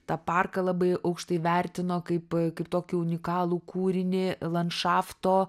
tą parką labai aukštai vertino kaip kaip tokį unikalų kūrinį landšafto